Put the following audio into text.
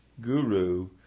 guru